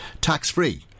tax-free